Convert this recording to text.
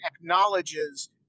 acknowledges